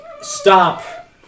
stop